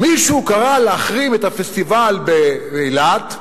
מישהו קרא להחרים את הפסטיבל באילת,